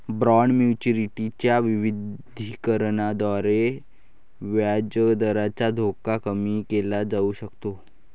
bond maturity च्या विविधीकरणाद्वारे व्याजदराचा धोका कमी केला जाऊ शकतो